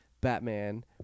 Batman